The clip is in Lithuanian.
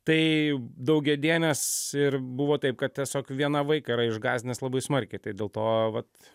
tai daugiadienės ir buvo taip kad tiesiog vieną vaiką yra išgąsdinęs labai smarkiai tai dėl to vat